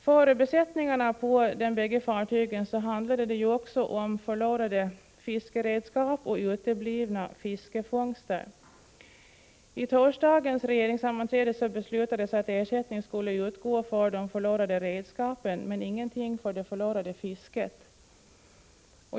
För besättningarna på de båda fartygen handlar det också om förlorade fiskeredskap och uteblivna fiskefångster. Vid torsdagens regeringssammanträde beslutades att ersättning skulle utgå för de förlorade redskapen men ingenting för det förlorade fisket.